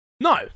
No